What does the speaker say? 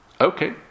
Okay